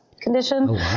condition